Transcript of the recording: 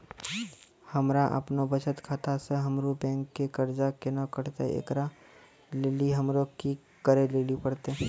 हमरा आपनौ बचत खाता से हमरौ बैंक के कर्जा केना कटतै ऐकरा लेली हमरा कि करै लेली परतै?